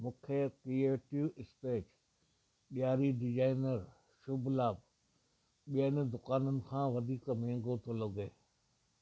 मूंखे creative space डि॒यारी designer Shubh Labh ॿियनि दुकानुनि खां वधीक महांगो थो लॻे